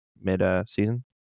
mid-season